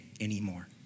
anymore